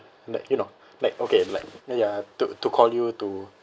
like you know like okay like ya to to to call you to